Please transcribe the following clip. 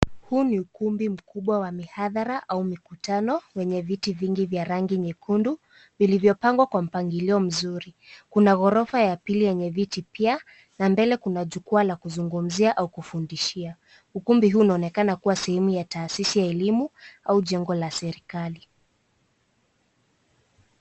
Huu ni ukumbi mkubwa wa mihadhara au mikutano wenye viti vingi vya rangi nyekundu vilivyopangwa kwa mpangilio mzuri. Kuna ghorofa ya pili yenye viti pia na mbele kuna jukwaa la kuzungumzia au kufundishia. Ukumbi huu unaonekana kuwa sehemu ya tahasisi ya elimu au jengo la serikali.